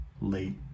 late